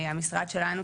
המשרד שלנו,